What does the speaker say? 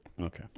Okay